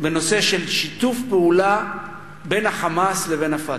בנושא של שיתוף פעולה בין ה"חמאס" לבין ה"פתח".